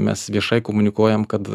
mes viešai komunikuojam kad